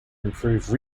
improve